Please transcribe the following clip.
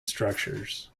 structures